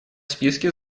списке